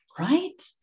Right